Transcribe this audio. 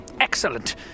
Excellent